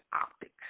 optics